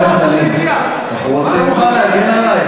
אנחנו רוצים, אתה מוכן להגן עלי?